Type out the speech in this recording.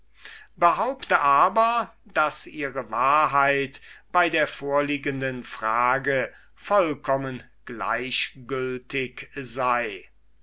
behaupte aber daß ihre wahrheit bei der vorliegenden frage vollkommen gleichgültig sei